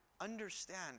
understand